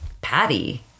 Patty